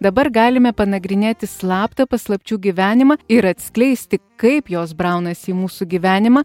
dabar galime panagrinėti slaptą paslapčių gyvenimą ir atskleisti kaip jos braunasi į mūsų gyvenimą